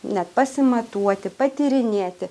net pasimatuoti patyrinėti